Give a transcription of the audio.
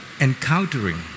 encountering